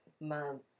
months